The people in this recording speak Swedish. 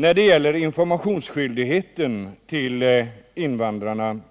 När det gäller skyldigheten att ge invandrarna information